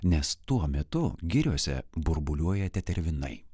nes tuo metu giriose burbuliuoja tetervinai